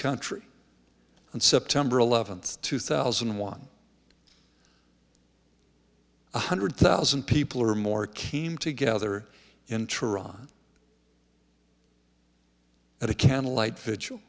country and september eleventh two thousand and one one hundred thousand people or more came together in toronto at a candlelight vigil